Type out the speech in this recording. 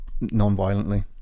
non-violently